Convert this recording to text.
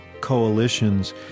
coalitions